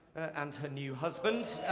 and her new husband.